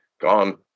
gone